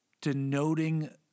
denoting